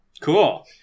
Cool